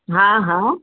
हा हा